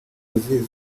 aziz